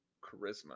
Charisma